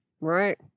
right